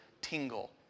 tingle